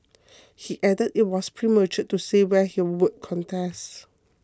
he added it was premature to say where he would contest